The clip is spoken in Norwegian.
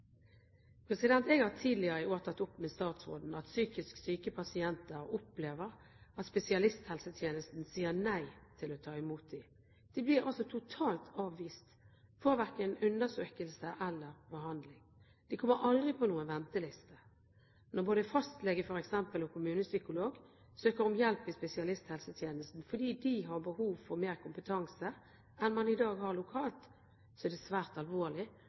Jeg har tidligere i år tatt opp med statsråden at psykisk syke pasienter opplever at spesialisthelsetjenesten sier nei til å ta imot dem. De blir totalt avvist og får verken undersøkelse eller behandling. De kommer aldri på noen venteliste. Når både fastlege og kommunepsykolog søker om hjelp i spesialisthelsetjenesten fordi de har behov for mer kompetanse enn man i dag har lokalt, er det svært alvorlig